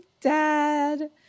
Dad